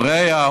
הוריה,